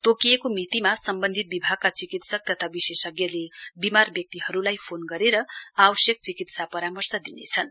तोकिएको मितिमा सम्वन्धित विभागका चिकित्सक तथा विशेषज्ञले विमार व्यक्तिहरूलाई फोन गरेर आवश्यक चिकित्सा परामर्श दिनेछन्